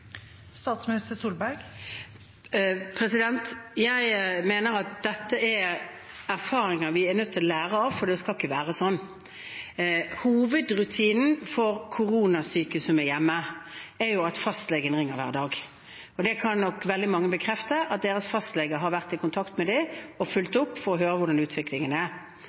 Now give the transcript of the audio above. Jeg mener at dette er erfaringer vi er nødt til å lære av, for det skal ikke være sånn. Hovedrutinen for koronasyke som er hjemme, er at fastlegen ringer hver dag. Veldig mange kan nok bekrefte at deres fastlege har vært i kontakt med dem for å høre hvordan utviklingen er.